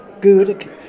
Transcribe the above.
good